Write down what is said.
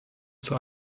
zur